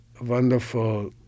wonderful